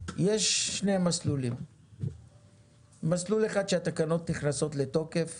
יש שני מסלולים, מסלול אחד שהתקנות נכנסות לתוקף